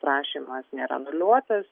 prašymas nėra anuliuotas